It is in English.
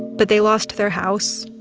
but they lost their house,